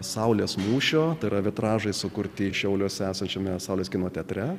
saulės mūšio tai yra vitražai sukurti šiauliuose esančiame saulės kino teatre